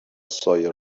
سایه